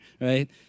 right